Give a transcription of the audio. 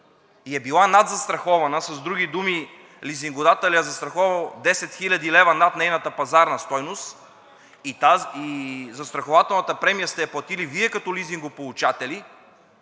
и е била надзастрахована, с други думи лизингодателят е застраховал 10 хил. лв. над нейната пазарна стойност и застрахователната премия сте я платили Вие като лизингополучатели,